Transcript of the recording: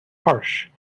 harsh